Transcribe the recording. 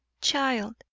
Child